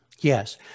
Yes